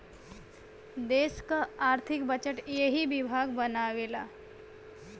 देस क आर्थिक बजट एही विभाग बनावेला